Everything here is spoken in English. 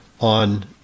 on